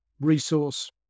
resource